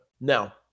now